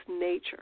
nature